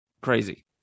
crazy